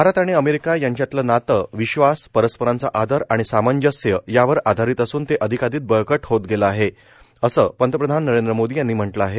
भारत आणि अमेरिका यांच्यातलं नातं विश्वास परस्परांचा आदर आणि सामंजस्य यावर आधारित असून ते अधिकाधिक बळकट होत गेलं आहे असं पंतप्रधान नरेंद्र मोदी यांनी म्हटलं आहे